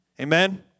Amen